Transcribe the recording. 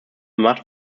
macht